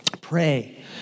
pray